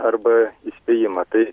arba įspėjimą tai